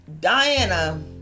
Diana